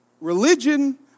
Religion